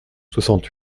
soixante